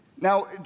Now